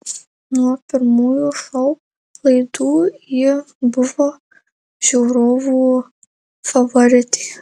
nuo pirmųjų šou laidų ji buvo žiūrovų favoritė